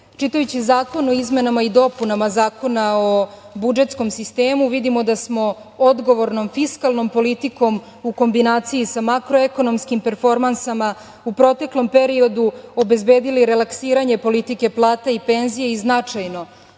Zakon o izmenama i dopunama Zakona o budžetskom sistemu, vidimo da smo odgovornom fiskalnom politikom, u kombinaciji sa makro-ekonomskim performansama u proteklom periodu obezbedili relaksiranje politike plata i penzija i značajno